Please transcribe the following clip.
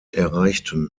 erreichten